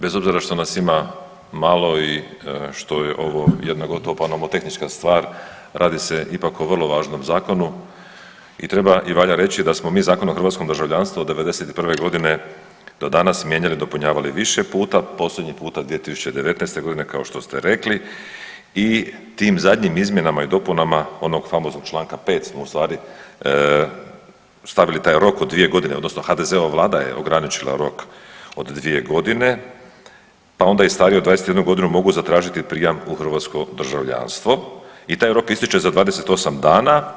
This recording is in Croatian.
Bez obzira što nas ima malo i što je ovo jedna gotovo pa nomotehnička stvar, radi se ipak o vrlo važnom zakonu i treba i valja reći da smo mi Zakon o hrvatskom državljanstvu od '91. g. do danas mijenjali i dopunjavali više puta, posljednji puta 2019. g. kao što ste rekli i tim zadnjim izmjenama i dopunama onog famoznog čl. 5 smo ustvari, stavili taj rok od 2 godine, odnosno HDZ-ova Vlada je ograničila rok od 2 godine, pa onda je stavio 21 godinu mogu tražiti prijam u hrvatsko državljanstvo i taj rok ističe za 28 dana.